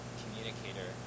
communicator